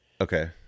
Okay